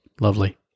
lovely